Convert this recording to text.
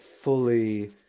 fully